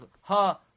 Ha